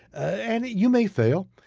and you may fail.